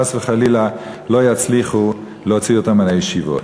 וחס וחלילה לא יצליחו להוציא אותם מן הישיבות.